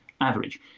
average